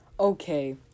Okay